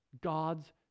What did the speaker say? God's